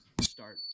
start